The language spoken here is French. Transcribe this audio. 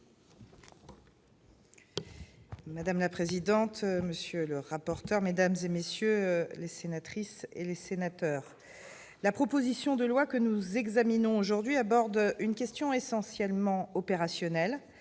Madame la présidente, monsieur le rapporteur, mesdames, messieurs les sénateurs, la proposition de loi que nous examinons aujourd'hui aborde une question essentiellement opérationnelle